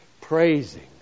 praising